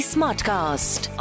Smartcast